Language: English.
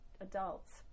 adults